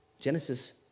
Genesis